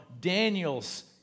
Daniels